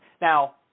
Now